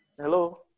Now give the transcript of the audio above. Hello